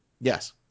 yes